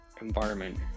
environment